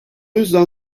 yüzden